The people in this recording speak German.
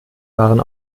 waren